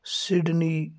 Sydney